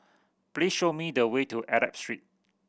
please show me the way to Arab Street